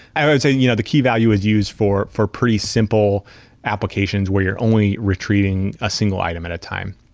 i would say you know the keyvalue is used for for pretty simple applications where you're only retrieving a single item at a time.